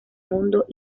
mundo